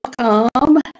welcome